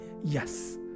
yes